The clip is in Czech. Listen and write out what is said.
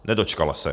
Nedočkala se.